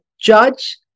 judge